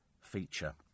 feature